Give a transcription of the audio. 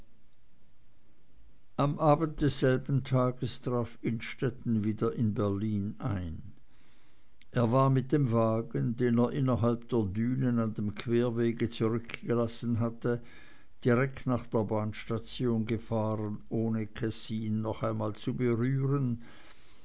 am abend desselben tages traf innstetten wieder in berlin ein er war mit dem wagen den er innerhalb der dünen an dem querwege zurückgelassen hatte direkt nach der bahnstation gefahren ohne kessin noch einmal zu berühren